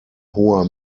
hoher